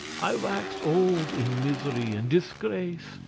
i waxed old in misery and disgrace,